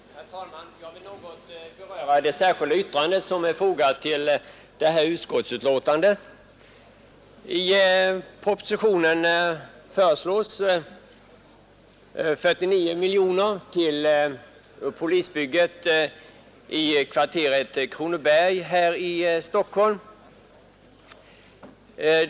Herr talman! Jag vill något beröra det särskilda yttrande som är fogat till detta utskottsbetänkande. I propositionen föreslås 49 miljoner kronor till polishusbygget i kvarteret Kronoberg här i Stockholm.